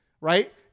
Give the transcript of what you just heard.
right